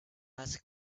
ask